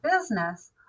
business